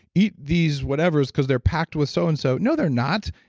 eat these whatevers because they're packed with so and so. no, they're not.